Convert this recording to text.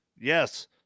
Yes